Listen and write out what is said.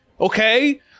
Okay